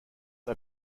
are